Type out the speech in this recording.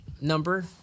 number